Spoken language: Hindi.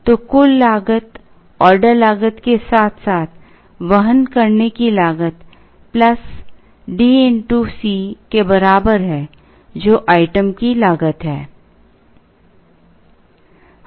तो कुल लागत ऑर्डर लागत के साथ साथ वहन करने की लागत D C के बराबर है जो आइटम की लागत है